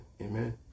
amen